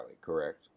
correct